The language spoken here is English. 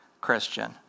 Christian